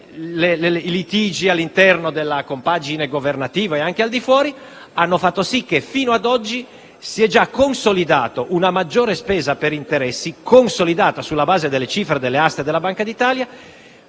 i litigi all'interno della compagine governativa, e anche al di fuori, hanno fatto sì che fino ad oggi si sia già consolidata una maggiore spesa per interessi (consolidata sulla base delle cifre delle aste della Banca d'Italia)